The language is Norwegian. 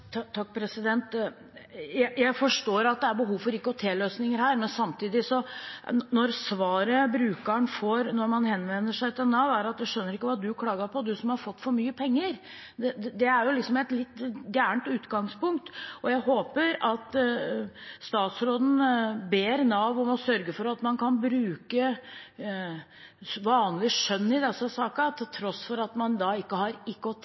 Jeg forstår at det er behov for IKT-løsninger her, men samtidig, når svaret brukeren får når man henvender seg til Nav, er at de skjønner ikke hva man klager på, når man har fått for mye penger, er det et litt gærent utgangspunkt. Jeg håper at statsråden ber Nav om å sørge for at man kan bruke vanlig skjønn i disse sakene, til tross for at man ikke har